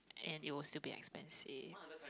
and it will still be expensive